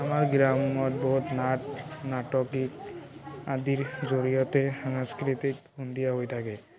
আমাৰ গ্ৰামত বহুত নাট নাটকী আদিৰ জৰিয়তে সাংস্কৃতিক সন্ধিয়া হৈ থাকে